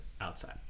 outside